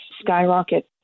skyrocket